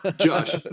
Josh